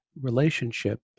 relationship